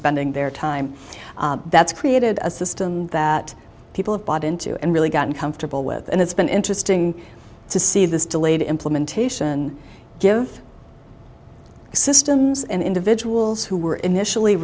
spending their time that's created a system that people have bought into and really gotten comfortable with and it's been interesting to see this delayed implementation give systems and individuals who were initially